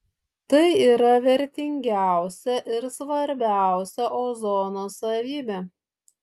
tai yra vertingiausia ir svarbiausia ozono savybė